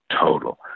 total